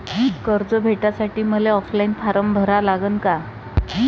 कर्ज भेटासाठी मले ऑफलाईन फारम भरा लागन का?